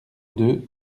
deux